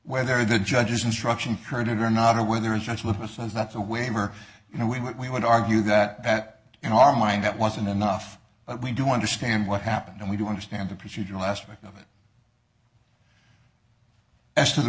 whether the judge's instructions heard it or not or whether it's just with us as that's a waiver you know we would we would argue that in our mind that wasn't enough but we do understand what happened and we do understand the procedural aspect of it as to the